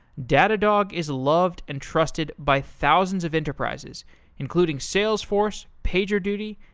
datadog is loved and trusted by thousands of enterprises including salesforce, pagerduty,